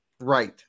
Right